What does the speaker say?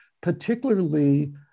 particularly